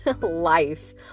life